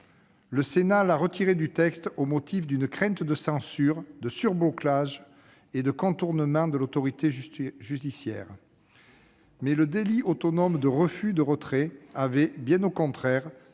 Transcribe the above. Le Sénat l'a retiré du texte au motif d'une crainte de censure, de « surblocage » et de contournement de l'autorité judiciaire. Mais le délit autonome de refus de retrait avait, bien au contraire,